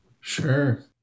Sure